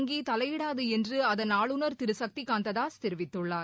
வங்கி தலையிடாது என்று அதன் ஆளுநர் திரு சக்திகாந்த தாஸ் தெரிவித்துள்ளார்